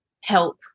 help